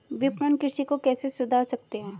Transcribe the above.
विपणन कृषि को कैसे सुधार सकते हैं?